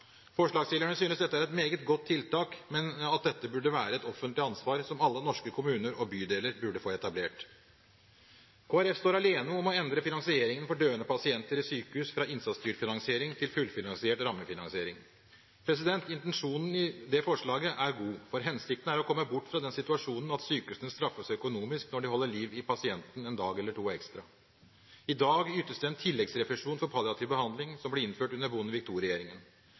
Forslagsstillerne synes dette er et meget godt tiltak, men at det burde være et offentlig ansvar og noe som alle norske kommuner og bydeler burde få etablert. Kristelig Folkeparti står alene om å foreslå å endre finansieringen for døende pasienter i sykehus fra stykkprisfinansiering til fullfinansiert rammefinansiering. Intensjonen i dette forslaget er god. Hensikten er å komme bort fra den situasjonen at sykehusene straffes økonomisk når de holder liv i pasienten en dag eller to ekstra. I dag ytes det en tilleggsrefusjon for palliativ behandling, som ble innført under Bondevik